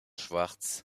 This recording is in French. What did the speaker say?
schwartz